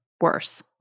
worse